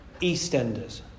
EastEnders